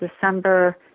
December